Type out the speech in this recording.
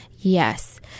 Yes